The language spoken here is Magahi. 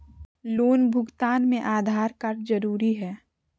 लोन भुगतान में आधार कार्ड जरूरी है?